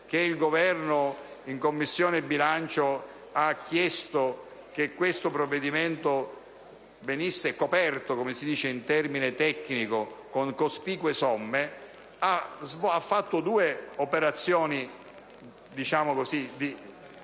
Il Governo in Commissione bilancio ha chiesto che questo provvedimento venisse coperto, come si dice in termine tecnico, con cospicue somme, e ha fatto due operazioni che rivelano